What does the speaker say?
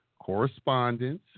correspondence